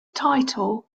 title